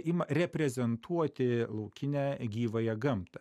ima reprezentuoti laukinę gyvąją gamtą